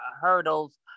hurdles